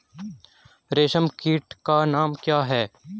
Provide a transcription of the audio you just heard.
रेशम कीट का नाम क्या है?